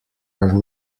are